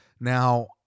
Now